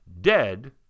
dead